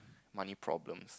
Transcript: money problems